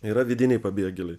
yra vidiniai pabėgėliai